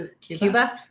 Cuba